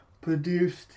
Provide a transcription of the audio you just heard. produced